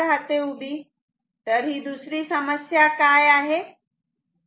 तर ही दुसरी समस्या काय आहे